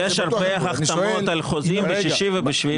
--- יש הרבה החתמות על מכרזים ב-6 וב-7 ביולי.